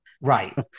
Right